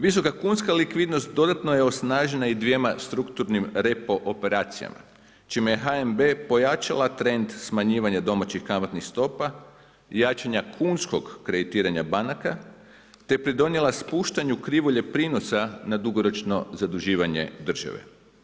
Visoka kunska likvidnost dodatno je osnažena i dvjema strukturnim repo operacijama čime je HNB pojačala trend smanjivanja domaćih kamatnih stopa, jačanja kunskog kreditiranja banaka te pridonijela spuštanju krivulje prinosa na dugoročno zaduživanje države.